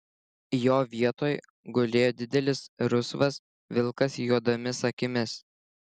jo vietoj gulėjo didelis rusvas vilkas juodomis akimis